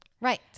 Right